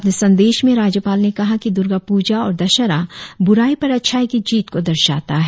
अपने संदेश में राज्यपाल ने कहा की दुर्गा पुजा और दशहरा बुराई पर अच्छाई की जीत को दर्शाता है